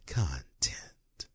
content